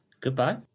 Goodbye